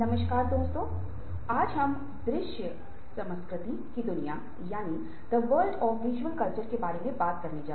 तो दोस्तों इस सत्र में हम गहन सोच और समस्या हल के बारे में चर्चा करेंगे